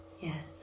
Yes